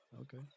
Okay